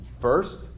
First